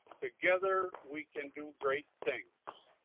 together we can do great things.